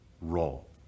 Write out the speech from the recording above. role